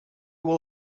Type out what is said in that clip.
will